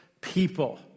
people